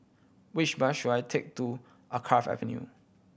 which bus should I take to Alkaff Avenue